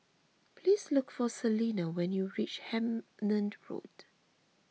please look for Salina when you reach Hemmant Road